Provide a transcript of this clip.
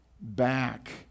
back